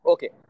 Okay